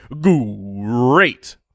great